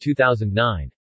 2009